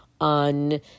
on